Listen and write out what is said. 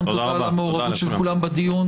המון תודיע על המעורבות של כולם בדיון.